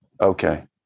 okay